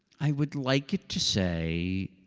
i would like it to say